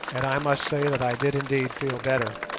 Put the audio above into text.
and i must say that i did indeed feel better.